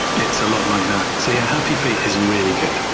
it's a lot like that. so yeah, happy feet is really good.